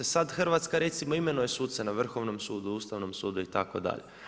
Sad Hrvatska recimo imenuje suce na Vrhovnog sudu, Ustavnom sudu itd.